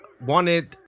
wanted